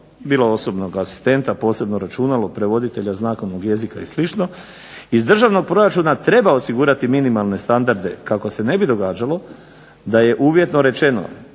bilo osobnog asistenta, posebno računalo, prevoditelja znakovnog jezika i slično, iz državnog proračuna treba osigurati minimalne standarde kako se ne bi događalo da je uvjetno rečeno